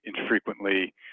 infrequently